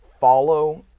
Follow